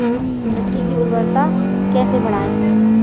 मिट्टी की उर्वरता कैसे बढ़ाएँ?